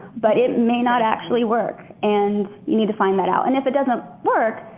but it may not actually work and you need to find that out. and if it doesn't work,